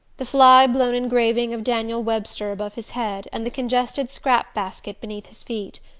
the fly-blown engraving of daniel webster above his head and the congested scrap-basket beneath his feet.